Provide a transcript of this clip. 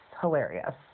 hilarious